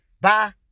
bye